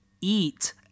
eat